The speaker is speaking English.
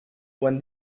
when